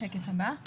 השקף הבא,